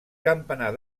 campanar